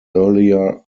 earlier